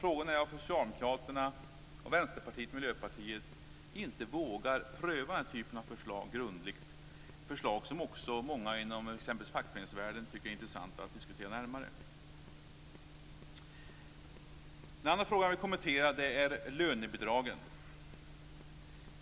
Frågan är om Socialdemokraterna, Vänsterpartiet och Miljöpartiet inte vågar pröva den typen av förslag grundligt, förslag som också många inom exempelvis fackföreningsvärlden tycker är intressanta att diskutera närmare. En annan fråga jag vill kommentera är lönebidragen.